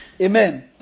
Amen